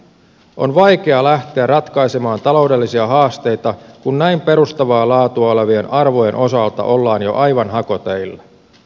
on vaikea lähteä ratkaisemaan taloudellisia haasteita kun näin perustavaa laatua olevien arvojen osalta ollaan jo aivan hakoteillä